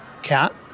Cat